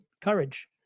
courage